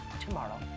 tomorrow